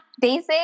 basic